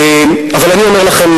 אבל אני אומר לכם,